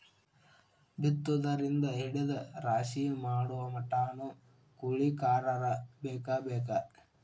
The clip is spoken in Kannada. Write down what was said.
ಬಿತ್ತುದರಿಂದ ಹಿಡದ ರಾಶಿ ಮಾಡುಮಟಾನು ಕೂಲಿಕಾರರ ಬೇಕ ಬೇಕ